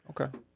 Okay